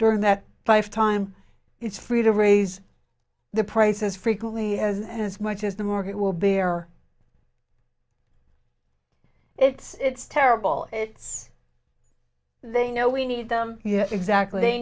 during that five time it's free to raise the price as frequently as and as much as the market will bear it's terrible it's they know we need them yeah exactly they